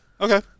Okay